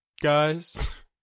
guys